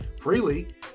freely